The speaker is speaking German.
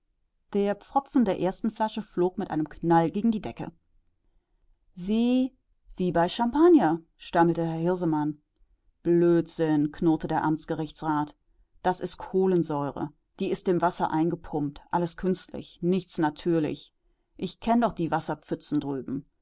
der pfropfen der ersten flasche flog mit einem knall gegen die decke wie wie bei champagner stammelte herr hirsemann blödsinn knurrte der amtsgerichtsrat das is kohlensäure die is dem wasser eingepumpt alles künstlich nichts natürlich ich kenn doch die wasserpfützen